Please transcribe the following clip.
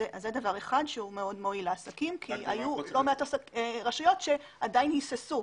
זה דבר אחד שמאוד מועיל לעסקים כי היו לא מעט רשויות שעדיין היססו,